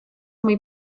muy